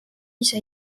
ise